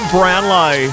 Brownlow